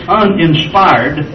uninspired